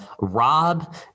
Rob